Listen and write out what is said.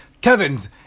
Kevin's